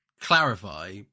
clarify